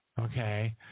okay